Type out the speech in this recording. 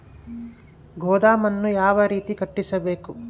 ಗೋದಾಮನ್ನು ಯಾವ ರೇತಿ ಕಟ್ಟಿಸಬೇಕು?